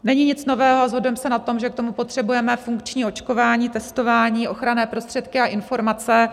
Není nic nového a shodujeme se na tom, že k tomu potřebujeme funkční očkování, testování, ochranné prostředky a informace.